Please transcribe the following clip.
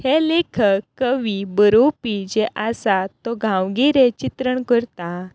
हे लेखक कवी बरोवपी जे आसा तो गांवगिरें चित्रण करता